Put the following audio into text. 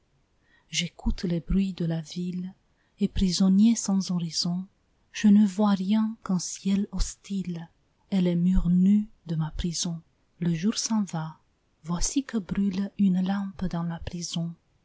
j'écoute les bruits de la ville et prisonnier sans horizon je ne vois rien qu'un ciel hostile et les murs nus de ma prison le jour s'en va voici que brûle une lampe dans la prison